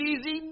easy